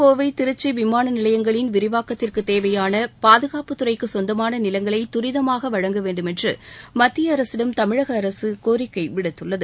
கோவை திருச்சி விமான நிலையங்களின் விரிவாகத்திற்கு சென்னை தேவையான பாதுகாப்புத்துறைக்குச் சொந்தமான நிலங்களை தரிதமாக வழங்கவேண்டுமென்று மத்திய அரசிடம் தமிழக அரசு கோரிக்கை விடுத்துள்ளது